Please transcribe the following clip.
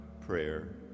prayer